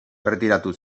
erretiratu